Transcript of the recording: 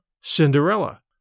Cinderella